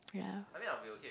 really ah